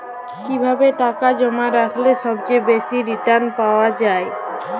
কিভাবে টাকা জমা রাখলে সবচেয়ে বেশি রির্টান পাওয়া য়ায়?